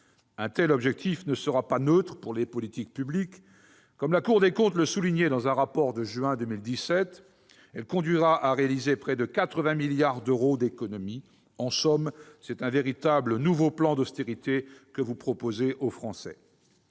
Un tel objectif ne sera pas neutre pour les politiques publiques. Comme la Cour des comptes le soulignait dans un rapport de juin 2017, il conduira à réaliser près de 80 milliards d'euros d'économie. En somme, c'est véritablement un nouveau plan d'austérité que vous proposez aux Français.